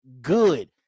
good